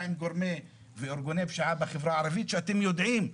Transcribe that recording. עם ארגוני פשיעה בחברה הערבית שאתם יודעים,